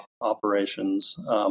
operations